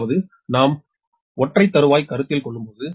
அதாவது நாம் ஓட்டை தருவாய்யை கருத்தில் கொள்ளும்போது